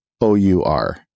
O-U-R